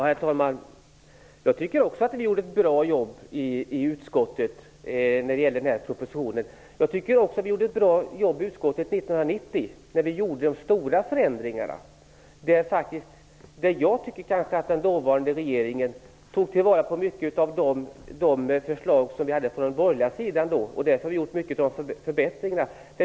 Herr talman! Jag tycker också att vi gjorde ett bra jobb in utskottet när det gäller den här propositionen. Jag tycker också att vi gjorde ett bra jobb i utskottet 1990 när vi gjorde de stora förändringarna. Jag tycker att den dåvarande regeringen tog till vara många av de förslag som kom från den borgerliga sidan då. Vi har gjort många av de förbättringarna.